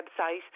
website